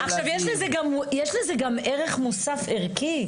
יש לזה גם ערך מוסף ערכי.